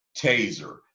taser